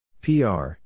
PR